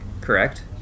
correct